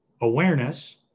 awareness